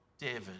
David